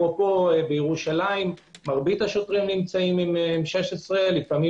בירושלים מרבית השוטרים נמצצים עם M16. לפעמים